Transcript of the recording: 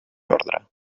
ordre